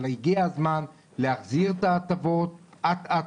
אבל הגיע הזמן להחזיר את ההטבות אט אט